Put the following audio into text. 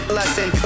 lesson